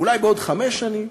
אולי בעוד חמש שנים,